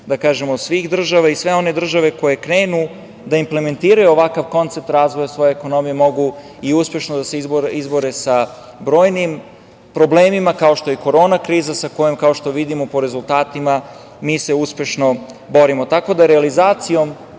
budućnost svih država i sve one države koje krenu da implementiraju ovakav koncept razvoja svoje ekonomije mogu i uspešno da se izbore sa brojnim problemima kao što je i korona kriza sa kojom, kao što vidimo po rezultatima, mi se uspešno borimo. Tako da realizacijom